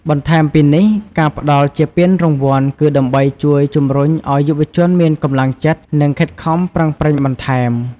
បន្ថែមពីនេះ ការផ្តល់ជាពានរង្វាន់គឺ ដើម្បីជួយជម្រុញឲ្យយុវជនមានកម្លាំងចិត្ត និងខិតខំប្រឹងប្រែងបន្ថែម។